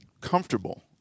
comfortable